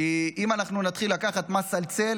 כי אם נתחיל לקחת מס על צל,